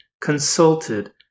consulted